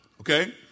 okay